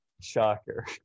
shocker